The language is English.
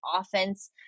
offense